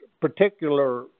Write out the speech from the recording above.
particular